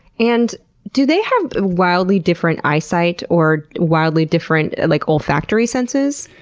and do they have ah wildly different eyesight or wildly different and like olfactory senses?